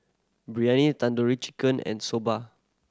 Biryani Tandoori Chicken and Soba